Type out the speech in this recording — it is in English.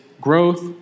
growth